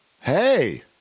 Hey